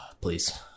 please